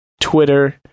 Twitter